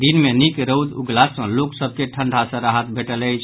दिन मे निक रौद उगला सँ लोक सभ के ठंढ़ा सँ राहत भेटल अछि